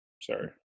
sorry